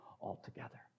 altogether